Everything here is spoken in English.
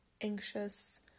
anxious